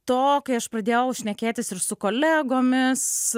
to kai aš pradėjau šnekėtis ir su kolegomis